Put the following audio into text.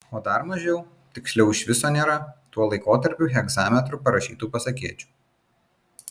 o dar mažiau tiksliau iš viso nėra tuo laikotarpiu hegzametru parašytų pasakėčių